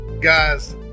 Guys